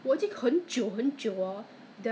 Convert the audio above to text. oh I M I S something 的啦